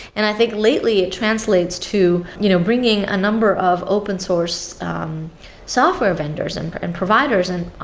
and i think, lately, it translates to you know bringing a number of open source software vendors and but and providers and